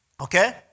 Okay